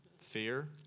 Fear